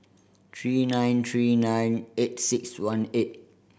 three nine three nine eight six one eight